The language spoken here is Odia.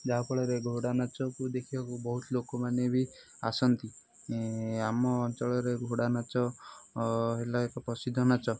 ଯାହାଫଳରେ ଘୋଡ଼ା ନାଚକୁ ଦେଖିବାକୁ ବହୁତ ଲୋକମାନେ ବି ଆସନ୍ତି ଆମ ଅଞ୍ଚଳରେ ଘୋଡ଼ା ନାଚ ହେଲା ଏକ ପ୍ରସିଦ୍ଧ ନାଚ